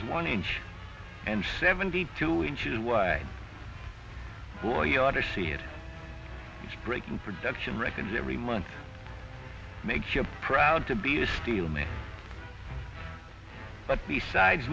is one inch and seventy two inches away or you ought to see it is breaking production records every month makes you proud to be a steel man but besides